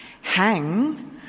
hang